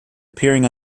appearing